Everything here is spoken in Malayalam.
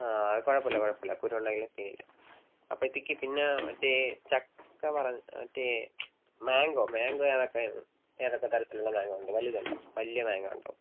ആ കുഴപ്പമില്ല കുഴപ്പമില്ല കുരു ഉഉള്ളതാണെങ്കിലും സീൻ ഇല്ല അപ്പോഴത്തേക്ക് പിന്നെ മറ്റേ ചക്ക പറ മറ്റേ മാംഗോ മാംഗോ അതൊക്കെ ഏതൊക്കെ തരത്തിലുള്ള മാംഗോ ഉണ്ട് വലുത് ഉണ്ടോ വലിയ മാംഗോ ഉണ്ടോ